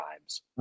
times